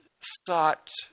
sought